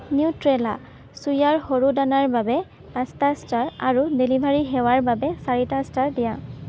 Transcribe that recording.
Nutrela চোয়াৰ সৰু দানাৰ বাবে পাঁচটা ষ্টাৰ আৰু ডেলিভাৰী সেৱাৰ বাবে চাৰিটা ষ্টাৰ দিয়া